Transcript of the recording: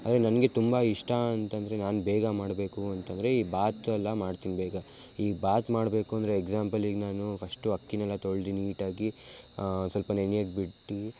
ಆಮೇಲೆ ನನಗೆ ತುಂಬ ಇಷ್ಟ ಅಂತಂದರೆ ನಾವು ಬೇಗ ಮಾಡಬೇಕು ಅಂತಂದರೆ ಈ ಬಾತ್ ಎಲ್ಲ ಮಾಡ್ತೀನಿ ಬೇಗ ಈ ಬಾತ್ ಮಾಡಬೇಕು ಅಂದರೆ ಎಕ್ಸಾಂಪಲ್ ಈಗ ನಾನು ಫಸ್ಟು ಅಕ್ಕಿಯನೆಲ್ಲ ತೊಳ್ದು ನೀಟಾಗಿ ಸ್ವಲ್ಪ ನೆನೆಯಕ್ ಬಿಟ್ಟು